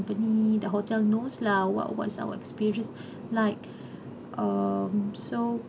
company the hotel knows lah what what's our experienced like um so